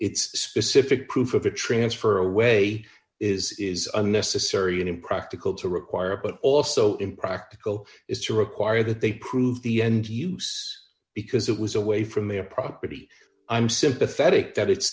it's specific proof of a transfer away is is unnecessary and impractical to require but also impractical is to require that they prove the end use because it was away from their property i'm sympathetic that it's